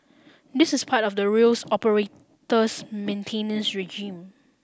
this is part of the rails operator's maintenance regime